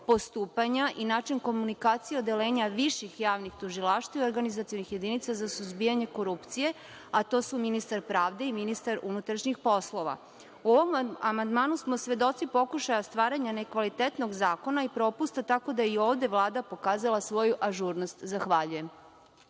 postupanja i način komunikacije odeljenja viših javnih tužilaštava i organizacionih jedinica za suzbijanje korupcije, a to su ministar pravde i ministar MUP. U ovom amandmanu smo svedoci pokušaja stvaranja nekvalitetnog zakona i propusta, tako da i ovde je Vlada pokazala svoju ažurnost. Zahvaljujem.